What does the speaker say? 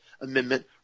Amendment